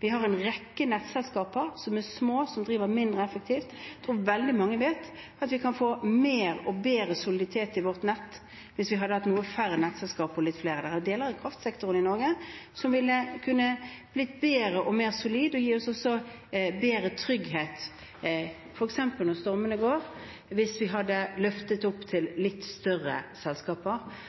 Vi har en rekke nettselskaper som er små, som driver mindre effektivt, og veldig mange vet at vi kunne fått mer og bedre soliditet i vårt nett hvis vi hadde hatt noe færre nettselskaper. Det er deler av kraftsektoren i Norge som ville kunne blitt bedre og mer solid og også gitt oss bedre trygghet, f.eks. når stormene går, hvis vi hadde løftet det opp til litt større selskaper.